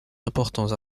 importants